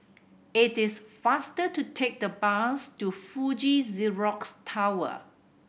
it is faster to take the bus to Fuji Xerox Tower